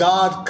God